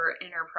enterprise